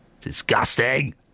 Disgusting